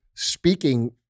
speaking